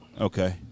okay